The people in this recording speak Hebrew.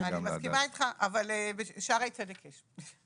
אני מסכימה איתך, אבל בשערי צדק יש.